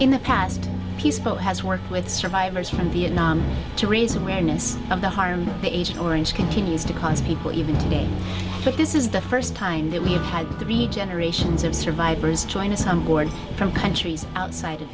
in the past peaceful has worked with survivors from vietnam to raise awareness of the harm that agent orange continues to cause people even today that this is the first time that we've had to be generations of survivors china someone from countries outside of